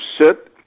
sit